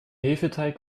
hefeteig